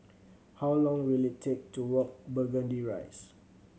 how long will it take to walk Burgundy Rise